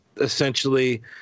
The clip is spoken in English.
essentially –